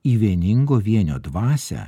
į vieningo vienio dvasią